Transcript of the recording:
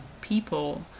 people